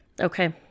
Okay